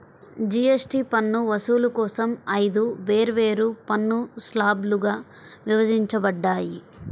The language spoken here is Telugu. జీఎస్టీ పన్ను వసూలు కోసం ఐదు వేర్వేరు పన్ను స్లాబ్లుగా విభజించబడ్డాయి